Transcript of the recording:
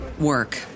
work